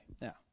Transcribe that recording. now